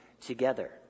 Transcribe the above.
together